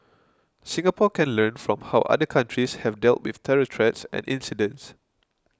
Singapore can learn from how other countries have dealt with terror threats and incidents